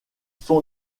son